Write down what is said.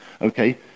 Okay